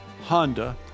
Honda